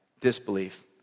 disbelief